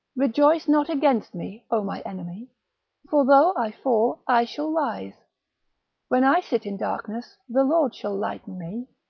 rejoice not against me, o my enemy for though i fall, i shall rise when i sit in darkness, the lord shall lighten me.